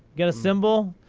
got a symbol?